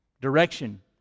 Direction